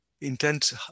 Intense